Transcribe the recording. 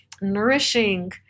nourishing